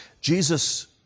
Jesus